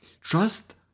trust